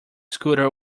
scooter